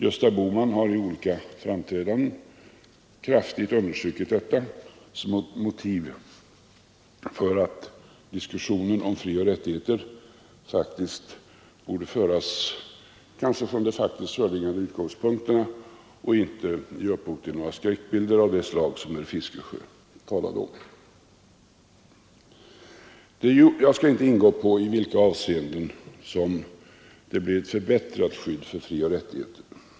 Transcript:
Gösta Bohman har i olika framträdanden kraftigt understrukit detta som motiv för att diskussionen om frioch rättigheter borde föras från de faktiskt föreliggande utgångspunkterna och inte ge upphov till några skräckbilder av det slag som herr Fiskesjö talade om. Jag skall inte gå in på i vilka avseenden skyddet för frioch rättigheterna förbättras.